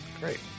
Great